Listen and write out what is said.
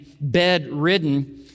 bedridden